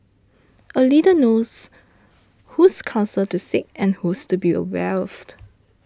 a leader knows whose counsel to seek and whose to be wary of